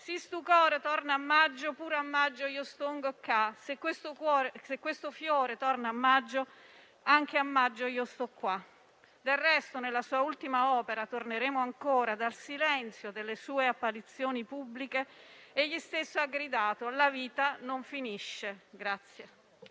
«Si stu sciore torna a maggio Pure a maggio io stonco ccá» (Se questo fiore torna a maggio anche a maggio io sto qua). Del resto, nella sua ultima opera «Torneremo ancora», dal silenzio delle sue apparizioni pubbliche, egli stesso ha gridato: «La vita non finisce!».